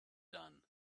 done